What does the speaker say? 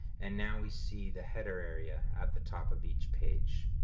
and now we see the header area at the top of each page.